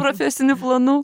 profesinių planų